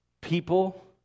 People